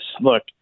Look